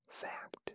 fact